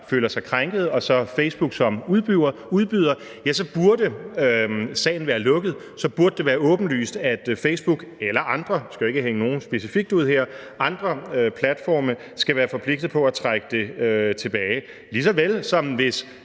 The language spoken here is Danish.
føler sig krænket, og så Facebook som udbyder – så burde sagen være lukket. Så burde det være åbenlyst, at Facebook eller andre platforme – jeg skal jo ikke hænge nogen specifikt ud her – skal være forpligtet på at trække det tilbage, lige så vel som hvis